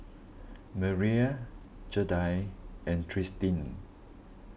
Merrie Jaida and Tristin